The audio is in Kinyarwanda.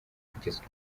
kugezwa